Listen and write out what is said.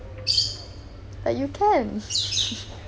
but you can